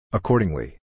Accordingly